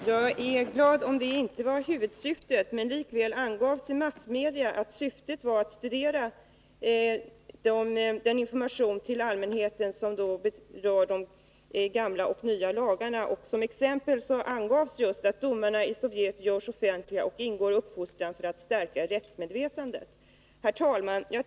Herr talman! Jag är glad om det inte var huvudsyftet. Likväl angavs i massmedia att syftet var att studera den information till allmänheten som berör de gamla och nya lagarna. Som exempel angavs just att domarna i Sovjet görs offentliga och ingår i uppfostran för att stärka rättsmedvetandet. Herr talman!